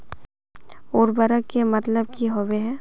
उर्वरक के मतलब की होबे है?